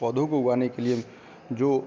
पौधों को उगाने के लिए जो